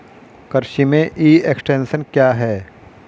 कृषि में e extension क्या है?